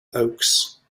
oaks